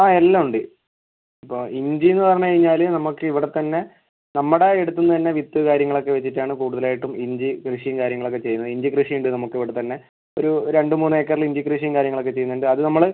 ആ എല്ലാം ഉണ്ട് ഇപ്പോൾ ഇഞ്ചി എന്ന് പറഞ്ഞ് കഴിഞ്ഞാൽ നമുക്ക് ഇവിടെ തന്നെ നമ്മുടെ അടുത്ത് തന്നെ വിത്ത് കാര്യങ്ങളൊക്കെ വെച്ചിട്ടാണ് കൂടുതലായിട്ടും ഇഞ്ചി കൃഷിയും കാര്യങ്ങളൊക്കെ ചെയ്യുന്നത് ഇഞ്ചി കൃഷി ഉണ്ട് നമുക്ക് ഇവിടെ തന്നെ ഒരു രണ്ട് മൂന്ന് ഏക്കറിൽ ഇഞ്ചി കൃഷിയും കാര്യങ്ങളൊക്കെ ചെയ്യുന്നുണ്ട് അത് നമ്മൾ